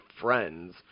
friends